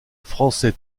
français